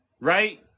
right